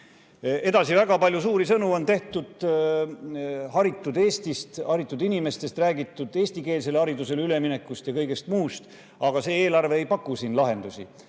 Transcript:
Edasi, väga palju suuri sõnu on tehtud haritud Eestist, haritud inimestest, on räägitud eestikeelsele haridusele üleminekust ja kõigest muust, aga see eelarve ei paku [selleks] lahendusi.